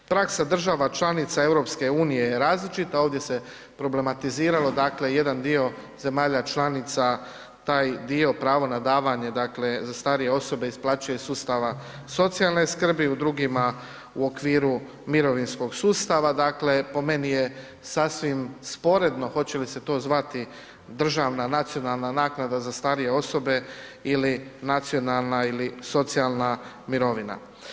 Praksa država članica EU je različita, ovdje se problematiziralo, dakle jedan dio zemalja članica, taj dio pravo na davanje, dakle za starije osobe isplaćuje iz sustava socijalne skrbi, u drugima u okviru mirovinskog sustava, dakle po meni je sasvim sporedno hoće li se to zvati državna nacionalna naknada za starije osobe ili nacionalna ili socijalna mirovina.